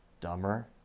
dumber